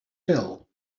fell